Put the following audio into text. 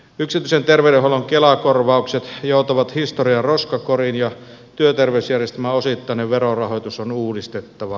yksityisen terveydenhuollon kela korvaukset joutavat historian roskakoriin ja työterveysjärjestelmän osittainen verorahoitus on uudistettava